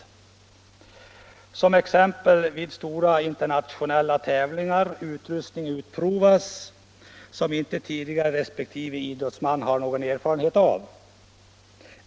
Som exempel på vad som kan förekomma kan jag nämna att vid stora internationella tävlingar utprovas ibland utrustning som resp. idrottsman tidigare inte har någon erfarenhet av.